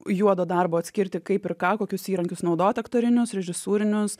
juodo darbo atskirti kaip ir ką kokius įrankius naudot aktorinius režisūrinius